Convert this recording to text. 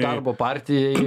darbo partijai